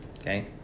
Okay